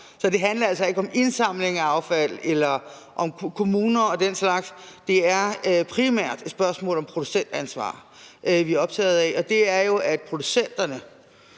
så det handler altså ikke om indsamling af affald eller om kommuner og den slags. Det er primært et spørgsmål om producentansvar, vi er optaget af, og det handler jo om, at producenterne,